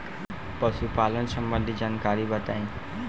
पशुपालन सबंधी जानकारी बताई?